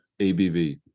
ABV